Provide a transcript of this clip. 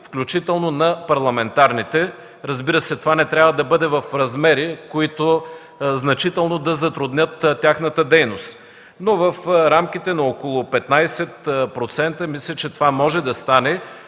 включително на парламентарните. Разбира се, това не трябва да бъде в размери, които значително да затруднят тяхната дейност. Мисля, че това може да стане